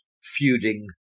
feuding